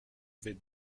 vais